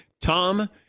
Tom